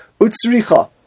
Utsricha